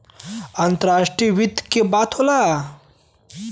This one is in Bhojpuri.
अंतराष्ट्रीय वित्त के बात होला